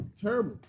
Terrible